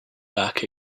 back